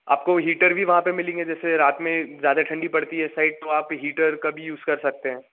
आपको हीटर भी वहाँ पर मिलेंगे जैसे रात में ज़्यादा ठंडी पड़ती है इस साइड तो आप हीटर का भी यूज़ कर सकते हैं